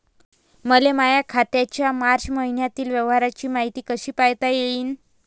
मले माया खात्याच्या मार्च मईन्यातील व्यवहाराची मायती कशी पायता येईन?